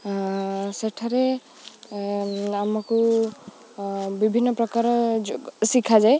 ସେଠାରେ ଆମକୁ ବିଭିନ୍ନ ପ୍ରକାର ଯ ଶିଖାଯାଏ